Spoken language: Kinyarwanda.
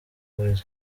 boys